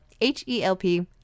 H-E-L-P